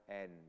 end